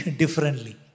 differently